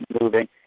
moving